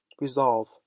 resolve